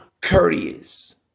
courteous